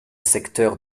secteur